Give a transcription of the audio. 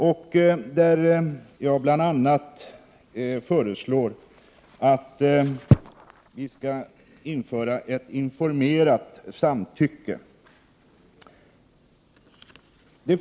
Jag föreslår bl.a. att vi skall införa ett informerat samtycke.